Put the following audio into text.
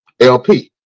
lp